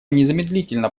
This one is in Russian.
незамедлительно